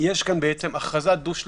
יש כאן הכרזה דו-שלבית.